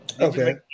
Okay